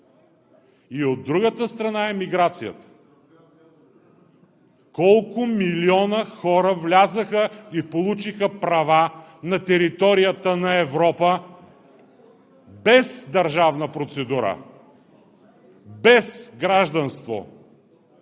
И от другата страна е миграцията! Колко милиона хора влязоха и получиха права на територията на Европа без държавна процедура, без гражданство?